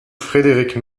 frederic